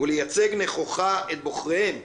ולייצג נכוחה את בוחריהם.